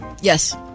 Yes